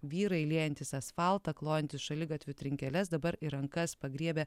vyrai liejantys asfaltą klojantys šaligatvių trinkeles dabar į rankas pagriebę